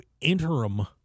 interim